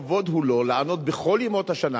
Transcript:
כבוד הוא לו לענוד בכל ימות השנה,